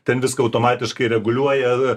ten viską automatiškai reguliuoja